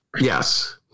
Yes